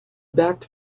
backed